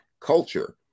culture